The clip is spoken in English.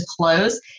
close